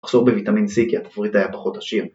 מחסור בויטמין C כי התפריט היה פחות עשיר.